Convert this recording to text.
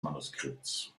manuskripts